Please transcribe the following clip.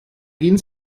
gehn